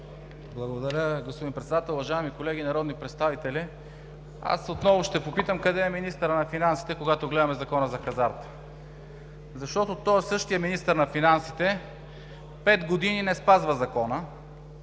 Благодаря, господин Председател. Уважаеми колеги народни представители, аз отново ще попитам къде е министърът на финансите, когато гледаме Закона за хазарта? Защото този, същият министър на финансите, пет години не спазва Закона?